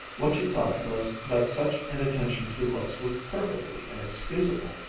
what she thought was that such inattention to looks was perfectly inexcusable.